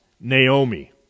Naomi